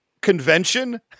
convention